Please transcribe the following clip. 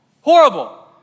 horrible